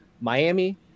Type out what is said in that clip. Miami